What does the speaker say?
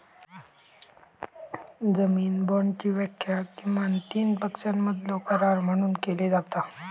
जामीन बाँडची व्याख्या किमान तीन पक्षांमधलो करार म्हणून केली जाता